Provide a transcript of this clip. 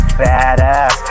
badass